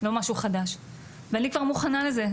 לא משהו חדש ואני כבר מוכנה לזה,